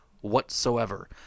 whatsoever